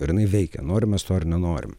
ir jinai veikia norim mes to ar nenorim